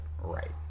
right